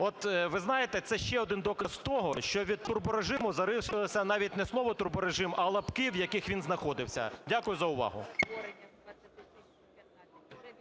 от ви знаєте, це ще один доказ того, що від турборежиму залишилося навіть не слово "турборежим", а лапки в яких він знаходився. Дякую за увагу.